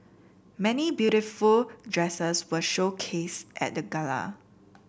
many beautiful dresses were showcased at the gala